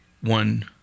one